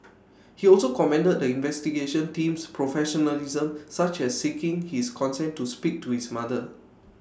he also commended the investigation team's professionalism such as in seeking his consent to speak to his mother